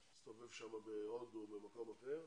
הוא מסתובב שם בהודו או במקום אחר.